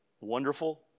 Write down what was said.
Wonderful